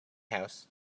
house